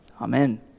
Amen